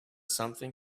something